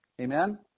Amen